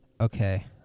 Okay